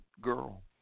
girl